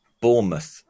Bournemouth